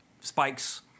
spikes